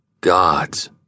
Gods